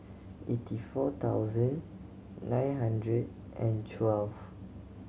eighty four thousand nine hundred and twelve